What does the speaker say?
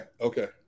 Okay